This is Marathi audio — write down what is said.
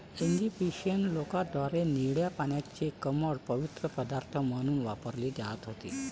इजिप्शियन लोकांद्वारे निळ्या पाण्याची कमळ पवित्र पदार्थ म्हणून वापरली जात होती